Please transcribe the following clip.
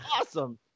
awesome